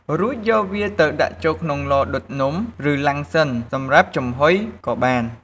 រួចយកវាទៅដាក់ចូលក្នុង ឡដុតនំ ឬ ឡាំងស៊ឹងសម្រាប់ចំហុយ ក៏បាន។